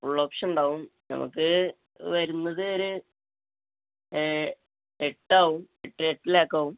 full option ഉണ്ടാവും നമുക്ക് വരുന്നത് ഒരു എട്ടാവും എട്ട് എട്ട് ലാക്ക് ആവും